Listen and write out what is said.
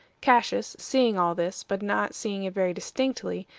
cassius, seeing all this, but not seeing it very distinctly,